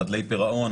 חדלי פירעון,